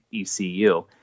ECU